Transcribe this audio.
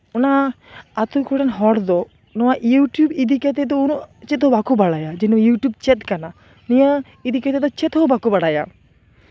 ᱚᱱᱟ ᱟᱹᱛᱩ ᱠᱚᱨᱮᱱ ᱦᱚᱲ ᱫᱚ ᱱᱚᱶᱟ ᱤᱭᱩᱴᱩᱵᱽ ᱤᱫᱤ ᱠᱟᱛᱮᱫ ᱫᱚ ᱩᱱᱟᱹᱜ ᱠᱤᱪᱷᱩ ᱫᱚ ᱵᱟᱠᱚ ᱵᱟᱲᱟᱭᱟ ᱤᱭᱩᱴᱩᱵᱽ ᱪᱮᱫ ᱠᱟᱱᱟ ᱱᱤᱭᱟᱹ ᱤᱫᱤ ᱠᱟᱛᱮᱜ ᱫᱚ ᱪᱮᱫ ᱦᱚᱸ ᱵᱟᱠᱚ ᱵᱟᱲᱟᱭᱟ